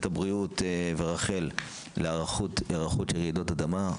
הבריאות ורח"ל להיערכות לרעידות אדמה.